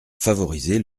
favoriser